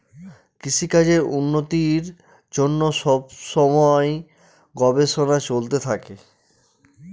কৃষিকাজের উন্নতির জন্য সব সময় গবেষণা চলতে থাকে